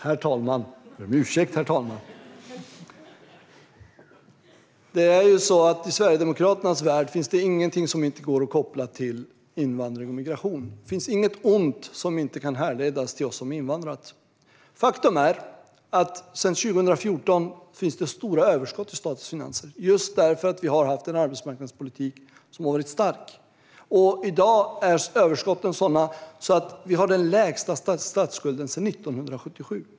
Herr talman! I Sverigedemokraternas värld finns det ingenting som inte går att koppla till invandring och migration. Det finns inget ont som inte kan härledas till oss som har invandrat. Faktum är att det sedan 2014 finns stora överskott i statens finanser, därför att vi har haft en stark arbetsmarknadspolitik. I dag är överskotten så stora att vi har den lägsta statsskulden sedan 1977.